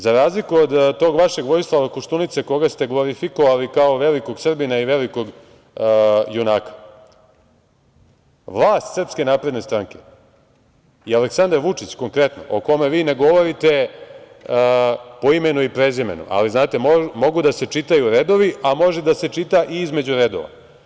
Za razliku od tog vašeg Vojislava Koštunice, koga ste glorifikovali kao velikog Srbina i velikog junaka, vlast SNS i Aleksandar Vučić konkretno, o kome vi ne govorite po imenu i prezimenu, ali znate, mogu da se čitaju redovi, a može da se čita i između redova.